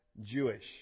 Jewish